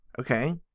okay